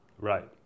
Right